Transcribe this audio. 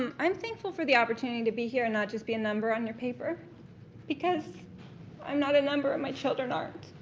um i'm thankful for the opportunity to be here and not just be a number on your paper because i'm not a number and my children aren't.